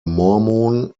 mormon